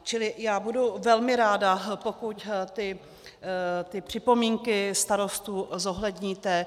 Čili já budu velmi ráda, pokud ty připomínky starostů zohledníte.